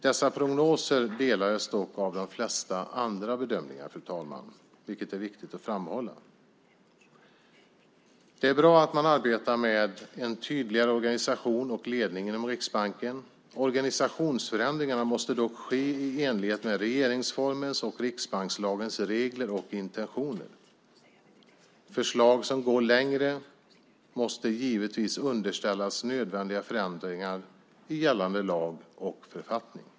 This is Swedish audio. Dessa prognoser delades dock av de flesta andra bedömare, fru talman, vilket är viktigt att framhålla. Det är bra att man arbetar med en tydligare organisation och ledning inom Riksbanken. Organisationsförändringarna måste dock ske i enlighet med regeringsformens och riksbankslagens regler och intentioner. Förslag som går längre måste givetvis underställas nödvändiga förändringar i gällande lag och författning.